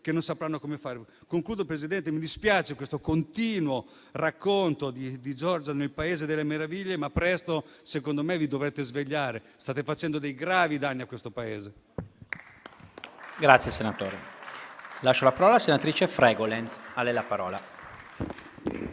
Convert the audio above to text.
che non sapranno come fare. Concludo, Presidente. Mi dispiace questo continuo racconto di Giorgia nel paese delle meraviglie, ma presto, secondo me, vi dovrete svegliare. State facendo dei gravi danni a questo Paese.